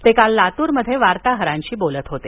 ते काल लातूरमध्ये वार्ताहरांशी बोलत होते